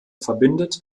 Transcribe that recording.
verbindet